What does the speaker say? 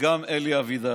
וגם אלי אבידר.